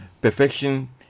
perfection